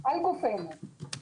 על גופנו.